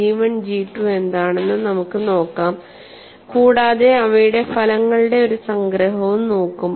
G 1 G 2 എന്താണെന്ന് നമുക്ക് നോക്കാം കൂടാതെ അവയുടെ ഫലങ്ങളുടെ ഒരു സംഗ്രഹവും നോക്കും